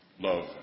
love